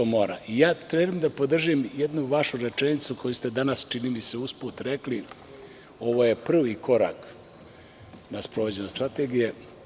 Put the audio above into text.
Ja trebam da podržim jednu vašu rečenicu koju ste danas, čini mi se, usput rekli – ovo je prvi korak na sprovođenju strategije.